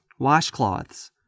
washcloths